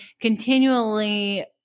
continually